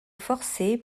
forcée